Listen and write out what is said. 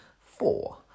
four